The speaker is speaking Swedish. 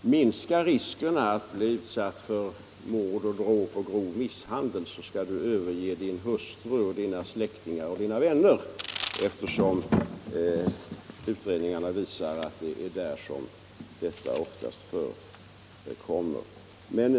minska riskerna att bli utsatt för mord, dråp och grov misshandel skall du överge din hustru, dina släktingar och dina vänner; eftersom utredningarna visar att det är i den kretsen dessa brott oftast förekommer.